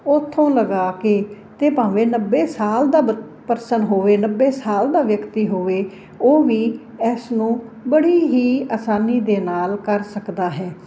ਉੱਥੋਂ ਲਗਾ ਕੇ ਤਾਂ ਭਾਵੇਂ ਨੱਬੇ ਸਾਲ ਦਾ ਬੱ ਪਰਸਨ ਹੋਵੇ ਨੱਬੇ ਸਾਲ ਦਾ ਵਿਅਕਤੀ ਹੋਵੇ ਉਹ ਵੀ ਇਸ ਨੂੰ ਬੜੀ ਹੀ ਆਸਾਨੀ ਦੇ ਨਾਲ ਕਰ ਸਕਦਾ ਹੈ